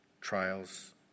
trials